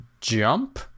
jump